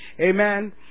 amen